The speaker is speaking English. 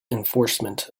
enforcement